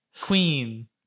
queen